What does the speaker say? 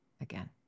again